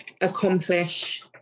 accomplish